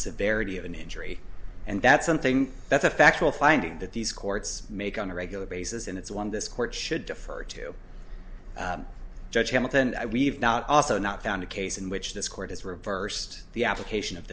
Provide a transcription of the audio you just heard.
severity of an injury and that's something that's a factual finding that these courts make on a regular basis and it's one this court should defer to judge hamilton we've also not found a case in which this court has reversed the application of